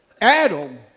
Adam